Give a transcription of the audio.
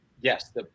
Yes